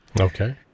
Okay